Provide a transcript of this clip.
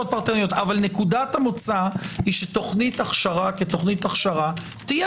פרטניות אבל נקודת המוצא היא שתוכנית הכשרה כתוכנית הכשרה תהיה